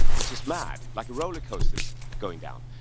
it's just mad, like a rollercoaster going down.